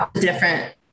Different